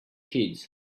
kids